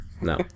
No